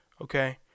okay